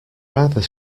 rather